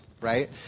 right